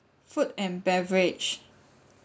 food and beverage